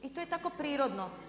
I to je tako prirodno.